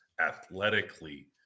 athletically